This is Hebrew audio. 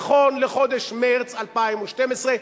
נכון לחודש מרס 2012,